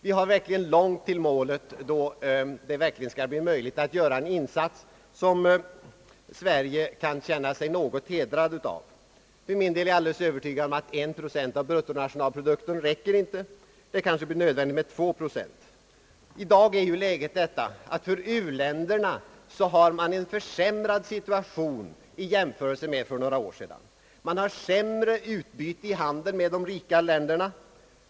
Vi har verkligen långt till målet då det blir möjligt att göra en insats som Sverige kan känna sig en smula stolt över. För min del är jag övertygad om att 1 procent av bruttonationalprodukten inte räcker — det kanske blir nödvändigt med 2 procent. I dag är u-ländernas situation försämrad jämfört med för några år sedan. Man får sämre utbyte i handeln med de rika länderna.